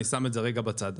אני שם את זה רגע בצד.